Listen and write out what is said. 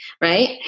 right